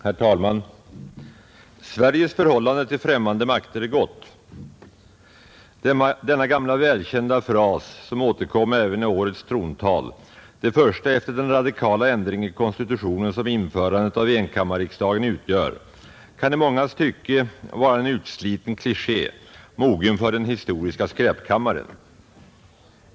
Herr talman! ” Sveriges förhållande till främmande makter är gott.” Denna gamla välkända fras som återkom även i årets trontal, det första efter den radikala ändring i konstitutionen som införandet av enkammarriksdagen utgör, kan i mångas tycke vara en utsliten kliché, mogen för den historiska skräpkammaren.